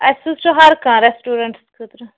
اَسہِ حظ چھُ ہر کانٛہہ ریٚسٹورنٹَس خٲطرٕ